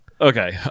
Okay